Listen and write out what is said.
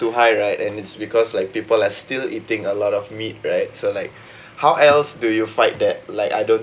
too high right and it's because like people are still eating a lot of meat right so like how else do you fight that like I don't